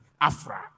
Afra